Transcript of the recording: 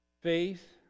faith